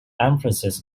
emphasis